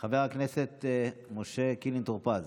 חבר הכנסת משה קינלי טור פז,